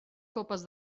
copes